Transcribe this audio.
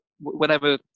whenever